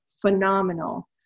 phenomenal